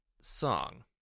song